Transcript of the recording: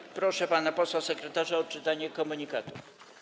I proszę pana posła sekretarza o odczytanie komunikatów.